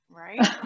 Right